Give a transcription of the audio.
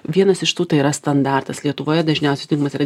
vienas iš tų tai yra standartas lietuvoje dažniausiai turimas yra